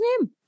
name